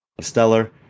stellar